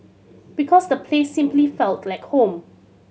because the place simply felt like home